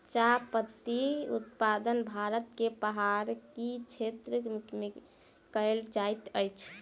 चाह पत्ती उत्पादन भारत के पहाड़ी क्षेत्र में कयल जाइत अछि